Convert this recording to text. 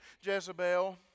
Jezebel